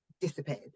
disappeared